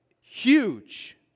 huge